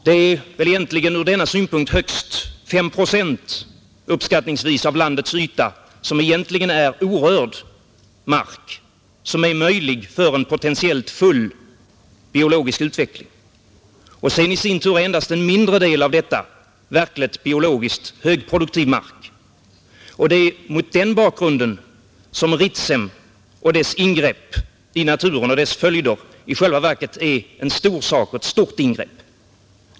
Det är väl egentligen från denna synpunkt högst fem procent av landets yta som egentligen är orörd mark, som är möjlig för en potentiellt full biologisk utveckling. Sedan är i sin tur endast en mindre del härav biologiskt verkligt högproduktiv mark. Det är mot den bakgrunden som ingreppet i Ritsem och dess följer i själva verket måste betraktas som en stor sak.